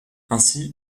ainsi